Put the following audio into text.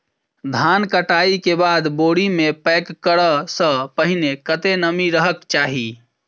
धान कटाई केँ बाद बोरी मे पैक करऽ सँ पहिने कत्ते नमी रहक चाहि?